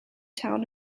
town